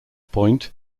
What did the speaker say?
point